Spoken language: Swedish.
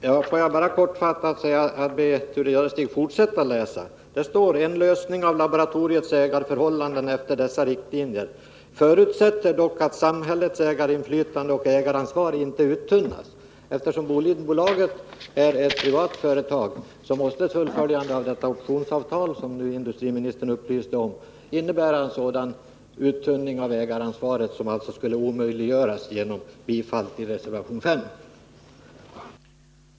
Herr talman! Jag tycker att Thure Jadestig skall läsa vidare i reservationen. Där står nämligen: ”En lösning av laboratoriets ägarförhållanden efter dessa riktlinjer förutsätter dock att samhällets ägarinflytande och ägaransvar inte uttunnas.” Eftersom Boliden AB är ett privat företag måste ett fullföljande av detta optionsavtal, som industriministern upplyst om, innebära en uttunning av ägaransvaret. Ett bifall till reservation 5 skulle alltså omöjliggöra optionsavtalet.